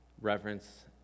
reverence